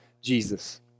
Jesus